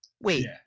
Wait